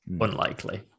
unlikely